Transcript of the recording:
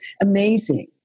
amazing